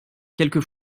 quelques